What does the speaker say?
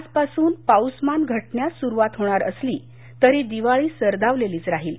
आजपासून पाऊसमान घटण्यास सुरूवात होणार असली तरी दिवाळी सर्दावलेलीच राहील